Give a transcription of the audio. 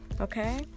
Okay